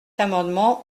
amendement